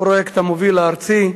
פרויקט המוביל הארצי,